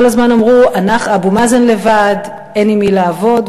כל הזמן אמרו: אבו מאזן לבד, אין עם מי לעבוד.